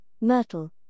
myrtle